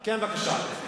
כן, בבקשה.